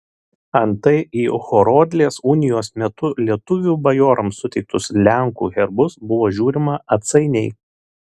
antai į horodlės unijos metu lietuvių bajorams suteiktus lenkų herbus buvo žiūrima atsainiai